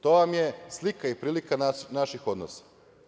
To vam je slika i prilika naših odnosa.